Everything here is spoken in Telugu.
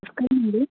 నమస్కారమండి